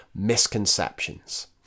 Misconceptions